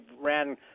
ran